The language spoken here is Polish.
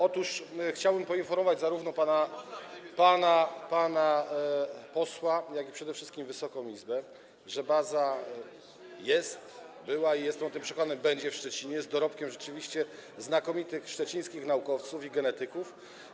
Otóż chciałbym poinformować zarówno pana posła, jak i przede wszystkim Wysoką Izbę, że baza była, jest i - jestem o tym przekonany - będzie w Szczecinie, chodzi tu o dorobek rzeczywiście znakomitych szczecińskich naukowców i genetyków.